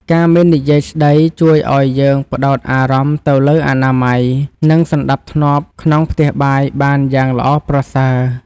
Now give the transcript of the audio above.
ការមិននិយាយស្តីជួយឱ្យយើងផ្ដោតអារម្មណ៍ទៅលើអនាម័យនិង សណ្ដាប់ធ្នាប់ក្នុងផ្ទះបាយបានយ៉ាងល្អប្រសើរ។